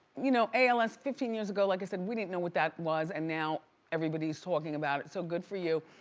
you know ah and fifteen years ago like i said, we didn't know what that was and now everybody is talking about it, so good for you,